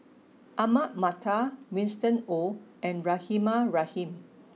Ahmad Mattar Winston Oh and Rahimah Rahim